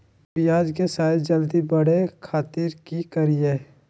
प्याज के साइज जल्दी बड़े खातिर की करियय?